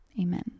Amen